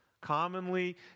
commonly